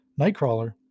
Nightcrawler